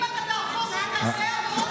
לא.